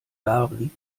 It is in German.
darin